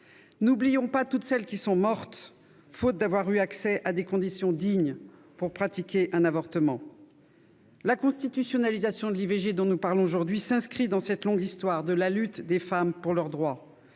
N'oublions pas toutes celles qui sont mortes faute d'avoir eu accès à des conditions dignes pour pratiquer un avortement. La constitutionnalisation de l'IVG s'inscrit dans cette longue histoire des luttes des femmes pour leurs droits.